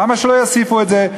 למה שלא יוסיפו את זה?